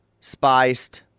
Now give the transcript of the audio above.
spiced